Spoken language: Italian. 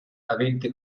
avente